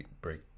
break